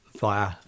via